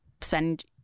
spend